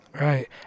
Right